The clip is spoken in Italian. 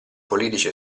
politici